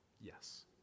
Yes